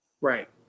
Right